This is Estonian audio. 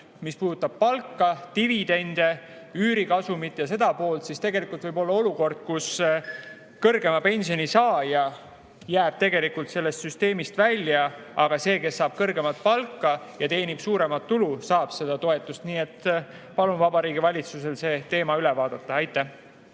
sissetulekuid – palka, dividende, üürikasumit ja seda poolt –, siis võib olla olukord, kus kõrgema pensioni saaja jääb sellest süsteemist välja, aga see, kes saab kõrgemat palka ja teenib suuremat tulu, saab seda toetust. Nii et palun Vabariigi Valitsusel see teema üle vaadata. Aitäh!